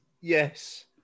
Yes